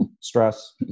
stress